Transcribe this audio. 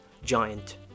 giant